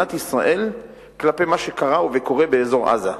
מדינת ישראל כלפי מה שקרה וקורה באזור עזה.